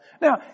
Now